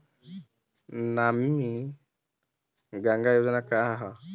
नमामि गंगा योजना का ह?